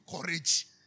courage